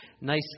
nice